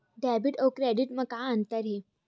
Debit अउ credit म का अंतर हे?